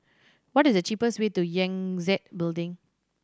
what is the cheapest way to Yangtze Building